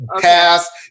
Past